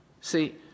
See